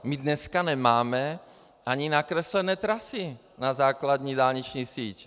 My dneska nemáme ani nakreslené trasy na základní dálniční síť.